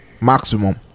maximum